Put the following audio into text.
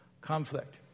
conflict